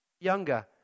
younger